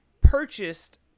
purchased